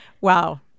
wow